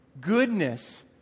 Goodness